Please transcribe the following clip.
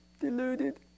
deluded